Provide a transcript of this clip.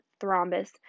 thrombus